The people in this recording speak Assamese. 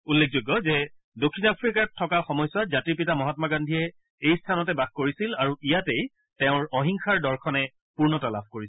উল্লেখযোগ্য যে দক্ষিণ আফ্ৰিকাত থকা সময়ছোৱাত জাতিৰ পিতা মহামা গান্ধীয়ে এই স্থানতে বাস কৰিছিল আৰু ইয়াতেই তেওঁৰ অহিংসাৰ দৰ্শনে পূৰ্ণতা লাভ কৰিছিল